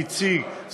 הציג,